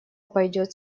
пойдет